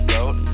Goat